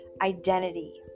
identity